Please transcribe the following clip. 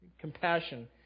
Compassion